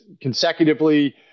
consecutively